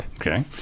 Okay